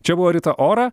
čia buvo rita ora